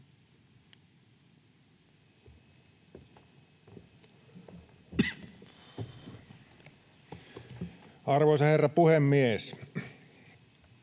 Arvoisa herra puhemies!